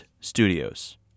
studios